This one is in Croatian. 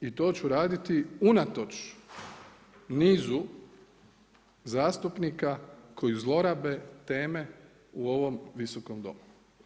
I to ću raditi unatoč nizu zastupnika koji zlorabe teme u ovom Visokom domu.